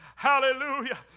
Hallelujah